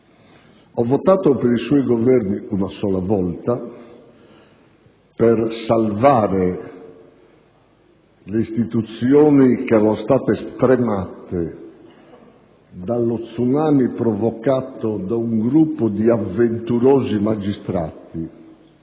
Ho votato per i suoi Governi una sola volta per salvare le istituzioni che erano state stremate dallo *tsunami* provocato da un gruppo di avventurosi magistrati